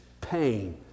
Pain